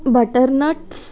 butternuts